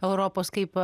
europos kaip